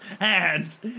Hands